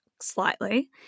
slightly